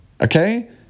Okay